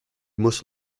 must